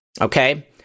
Okay